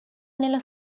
nella